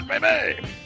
Baby